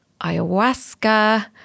ayahuasca